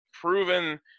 proven